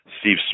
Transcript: Steve